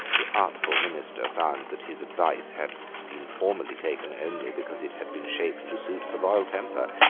the artful minister found that his advice had been formerly taken only because it had been shaped to suit the royal temper,